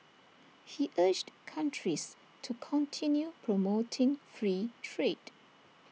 he urged countries to continue promoting free trade